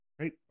right